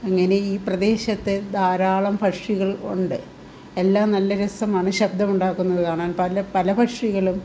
ഇങ്ങനെ ഈ പ്രദേശത്ത് ധാരാളം പക്ഷികൾ ഉണ്ട് എല്ലാം നല്ല രസമാണ് ശബ്ദമുണ്ടാകുന്നത് കാണാൻ പല പല പക്ഷികളും